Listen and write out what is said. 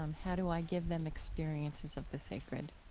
um how do i give them experiences of the sacred?